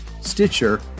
Stitcher